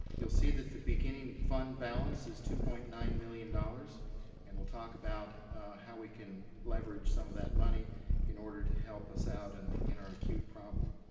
you'll see that the beginning fund balance is two point nine million dollars and we'll talk about how we can leverage some of that money in order to help us out and in our acute problem.